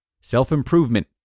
self-improvement